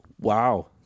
Wow